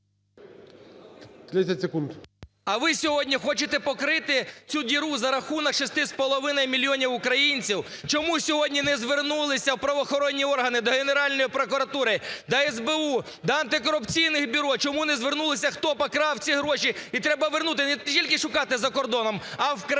А ви сьогодні хочете покрити цю "діру" за рахунок 6,5 мільйонів українців. Чому сьогодні не звернулися в правоохоронні органи, до Генеральної прокуратури, до СБУ, до Антикорупційного бюро? Чому не звернулися, хто покрав ці гроші? І треба вернути. Не тільки шукати за кордоном, а в країні.